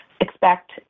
expect